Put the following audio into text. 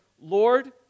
Lord